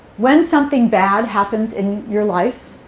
when something bad happens in your life,